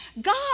God